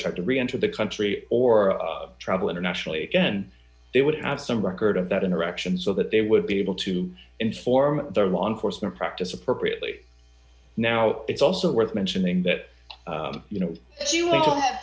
tried to reenter the country or travel internationally again they would have some record of that interaction so that they would be able to inform their law enforcement practice appropriately now it's also worth mentioning that you know she would have